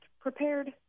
prepared